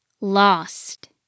Lost